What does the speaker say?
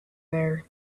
there